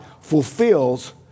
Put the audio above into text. fulfills